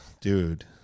dude